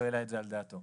את זה על דעתו.